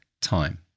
time